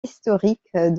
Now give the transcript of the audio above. historique